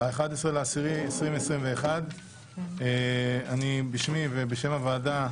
11 באוקטובר 2021. בשמי ובשם הוועדה,